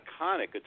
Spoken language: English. iconic